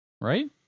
Right